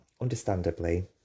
understandably